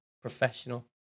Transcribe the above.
Professional